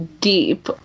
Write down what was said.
deep